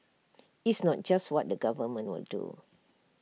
it's not just what the government will do